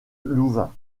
louvain